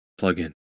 plugin